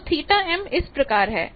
तो θm इस प्रकार है